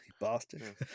bastard